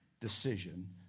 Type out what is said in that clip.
decision